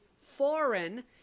foreign